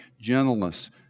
gentleness